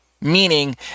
meaning